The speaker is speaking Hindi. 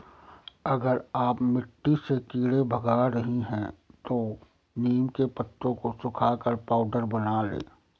अगर आप मिट्टी से कीड़े भगा रही हैं तो नीम के पत्तों को सुखाकर पाउडर बना लें